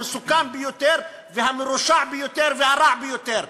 המסוכן ביותר והמרושע ביותר והרע ביותר.